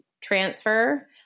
transfer